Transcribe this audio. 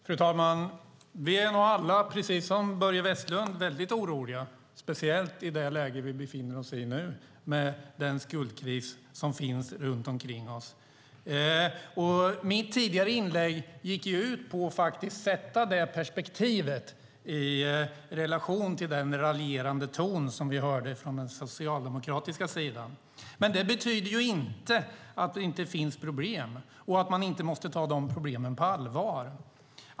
Fru talman! Vi är nog alla, precis som Börje Vestlund, väldigt oroliga, speciellt i det läge som vi nu befinner oss i med den skuldkris som finns runt omkring oss. Mitt tidigare inlägg gick ut på att sätta det perspektivet i relation till den raljerande ton som vi hörde från den socialdemokratiska sidan. Det betyder inte att det inte finns problem och att man inte måste ta dem på allvar.